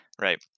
right